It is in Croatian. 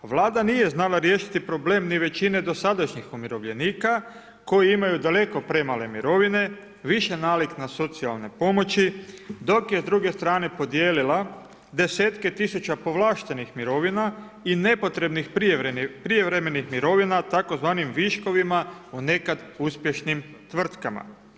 Vlada nije znala riješiti problem ni većine dosadašnjih umirovljenika koji imaju daleko premale mirovine, više nalik na socijalne pomoći dok je s druge strane podijelila desetke tisuće povlaštenih mirovina i nepotrebnih prijevremenih mirovina, tzv. viškovima u nekad uspješnim tvrtkama.